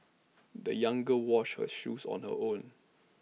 the young girl washed her shoes on her own